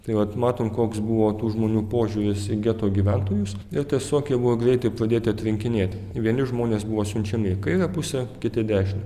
tai vat matom koks buvo tų žmonių požiūris į geto gyventojus ir tiesiog jie buvo greitai pradėti atrinkinėti vieni žmonės buvo siunčiami į kairę pusę kiti į dešinę